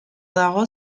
dago